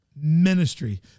ministry